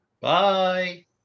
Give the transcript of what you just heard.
bye